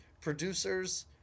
producers